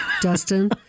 Dustin